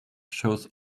shows